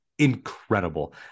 incredible